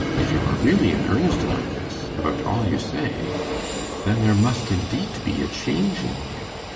if you are really in earnest about this about all you say then there must indeed be a change in you.